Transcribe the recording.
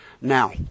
Now